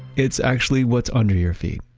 it's actually what's under your feet.